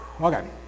Okay